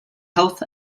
health